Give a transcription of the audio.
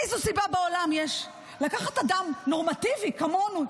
איזה סיבה בעולם יש לקחת אדם נורמטיבי כמונו,